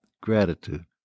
gratitude